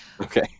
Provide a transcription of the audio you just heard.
okay